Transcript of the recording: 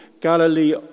Galilee